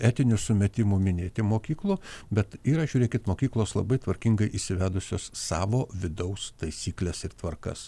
etinių sumetimų minėti mokyklų bet yra žiūrėkit mokyklos labai tvarkingai įsivedusios savo vidaus taisykles ir tvarkas